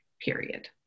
period